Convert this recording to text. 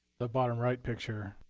the bottom right picture